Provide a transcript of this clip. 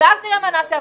ואז נראה מה נעשה.